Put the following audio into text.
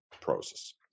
process